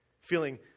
feeling